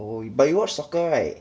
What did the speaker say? oh but you watch soccer right